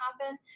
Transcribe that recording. happen